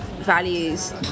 values